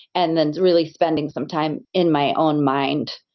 and then really spending some time in my own mind,